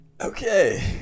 Okay